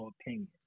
opinion